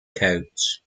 coats